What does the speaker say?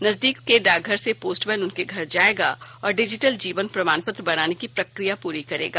नजदीक के डाकघर से पोस्टमैन उनके घर जाएगा और डिजिटल जीवन प्रमाणपत्र बनाने की प्रक्रिया पूरी करेगा